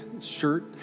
shirt